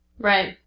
Right